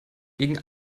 gegen